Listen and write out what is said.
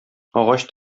агач